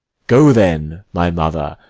go, then, my mother,